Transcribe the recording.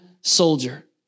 soldier